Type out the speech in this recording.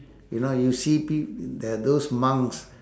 you know you see p~ the those monks